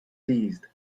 seized